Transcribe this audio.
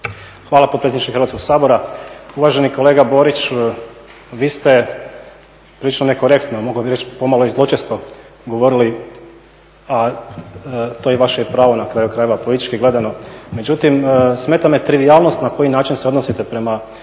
Hvala potpredsjedniče Hrvatskog sabora. Uvaženi kolega Borić, vi ste prilično nekorektno, mogao bi reći pomalo i zločesto govorili, a to je vaše pravo na kraju krajeva politički gledano, međutim smeta me trivijalnost na koji način se odnosite prema onome